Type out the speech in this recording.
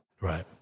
Right